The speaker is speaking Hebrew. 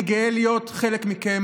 אני גאה להיות חלק מכם.